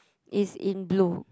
is in blue